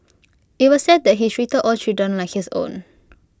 IT was said that he treated all children like his own